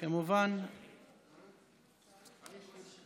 מוזמן להשיב על השאילתה סגן